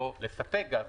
או לספק גז,